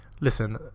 Listen